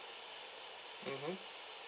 mmhmm